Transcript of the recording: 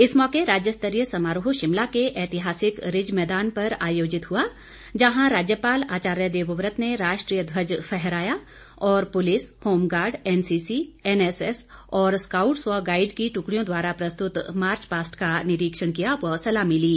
इस मौके राज्यस्तरीय समारोह शिमला के ऐतिहासिक रिज मैदान पर आयोजित हुआ जहां राज्यपाल आचार्य देवव्रत ने राष्ट्रीय ध्वज फहराया और पुलिस होमगार्ड एनसीसी एनएसएस और स्काउट्स व गाईड की ट्कड़ियों द्वारा प्रस्तुत मार्चपास्ट का निरीक्षण किया व सलामी ली